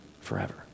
forever